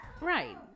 Right